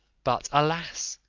but, alas!